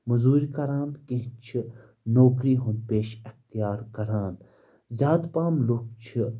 مٔزوٗرۍ کران کینٛہہ چھِ نوکری ہُنٛد پیشہٕ اختیار کران زیادٕ پہم لُکھ چھِ